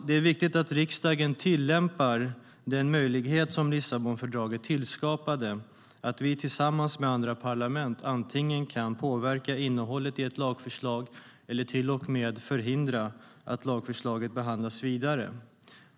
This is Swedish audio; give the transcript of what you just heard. Det är viktigt att riksdagen tillämpar den möjlighet som Lissabonfördraget tillskapade, att vi tillsammans med andra parlament antingen kan påverka innehållet i ett lagförslag eller till och med förhindra att lagförslaget behandlas vidare.